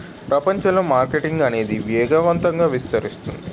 ప్రపంచంలో మార్కెటింగ్ అనేది వేగవంతంగా విస్తరిస్తుంది